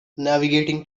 navigating